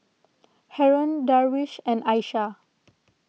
Haron Darwish and Aisyah